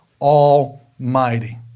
Almighty